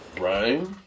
Right